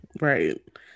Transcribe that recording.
right